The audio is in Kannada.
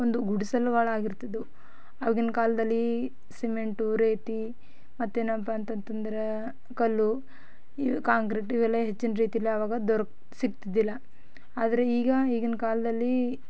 ಒಂದು ಗುಡಿಸಲುಗಳಾಗಿರ್ತಿದ್ವು ಆಗಿನ ಕಾಲದಲ್ಲಿ ಸಿಮೆಂಟು ರೀತಿ ಮತ್ತೇನಪ್ಪ ಅಂತಂತಂದ್ರೆ ಕಲ್ಲು ಈ ಕಾಂಕ್ರೀಟ್ ಇವೆಲ್ಲ ಹೆಚ್ಚಿನ ರೀತಿಲಿ ಅವಾಗ ದೊರಕು ಸಿಕ್ತಿದಿಲ್ಲ ಆದರೆ ಈಗ ಈಗಿನ ಕಾಲದಲ್ಲಿ